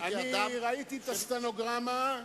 ראיתי את הסטנוגרמה,